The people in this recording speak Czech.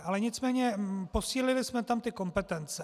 Ale nicméně posílili jsme tam ty kompetence.